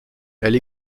elle